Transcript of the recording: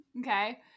okay